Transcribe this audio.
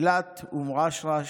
אילת, אום רשרש,